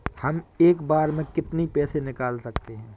हम एक बार में कितनी पैसे निकाल सकते हैं?